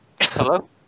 Hello